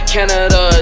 Canada